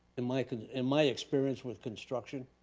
in my in my experience with construction,